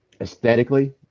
Aesthetically